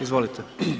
Izvolite.